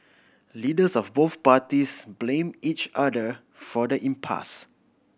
leaders of both parties blame each other for the impasse